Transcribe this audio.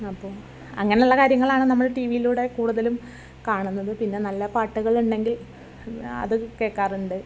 അപ്പോൾ അങ്ങനെയുള്ള കാര്യങ്ങളാണ് നമ്മൾ ടി വിയിലൂടെ കൂടുതലും കാണുന്നത് പിന്നെ നല്ല പാട്ടുകൾ ഉണ്ടെങ്കിൽ അത് കേൾക്കാറുണ്ട്